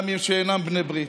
גם מי שאינם בני ברית.